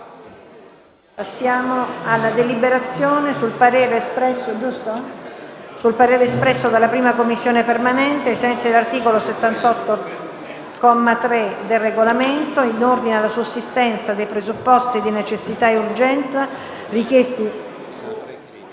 sulla deliberazione sul parere espresso dalla 1a Commissione permanente, ai sensi dell'articolo 78, comma 3, del Regolamento, in ordine alla sussistenza dei presupposti di necessità e di urgenza richiesti